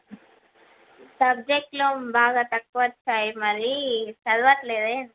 సబ్జెక్ట్లో బాగా తక్కువ వచ్చాయి మరీ చదవట్లేదా